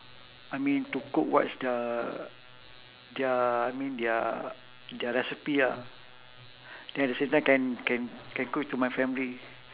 I mean to cook what is the their I mean their their recipe ah then at the same time can can can cook it to my family